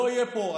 לא יהיה פה,